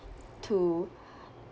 to